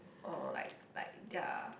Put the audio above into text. or like like their